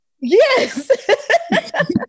yes